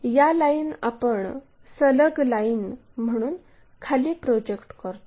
या लाईन आपण सलग लाईन म्हणून खाली प्रोजेक्ट करतो